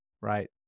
right